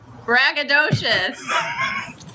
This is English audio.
braggadocious